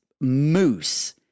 moose